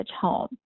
home